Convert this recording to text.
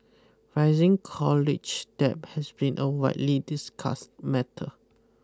rising college debt has been a widely discussed matter